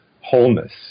wholeness